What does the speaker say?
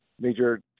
major